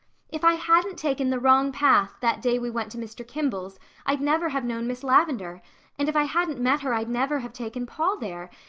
if i hadn't taken the wrong path that day we went to mr. kimball's i'd never have known miss lavendar and if i hadn't met her i'd never have taken paul there.